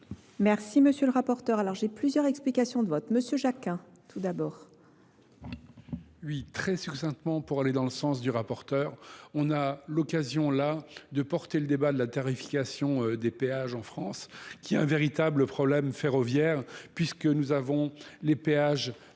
Merci M. le rapporteur, alors j'ai plusieurs explications de votre M. Jacquin tout d'abord. Très succinctement, pour aller dans le sens du rapporteur, on a l'occasion là de porter le débat sur la tarification des péages en France, qui est un véritable problème ferroviaire puisque nous avons les péages